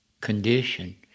condition